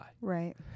Right